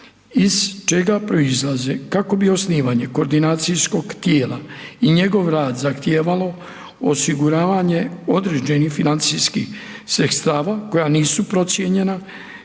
iz čega proizlaze kako bi osnivanje koordinacijskog tijela i njegov rad zahtijevalo osiguravanje određenih financijskih sredstva koja nisu procijenjena